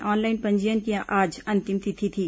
online पंजीयन की आज अंतिम तिथि थी